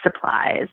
supplies